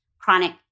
chronic